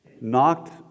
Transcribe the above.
knocked